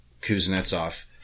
Kuznetsov